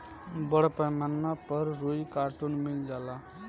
बड़ पैमाना पर रुई कार्टुन मिल मे जाला